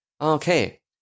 Okay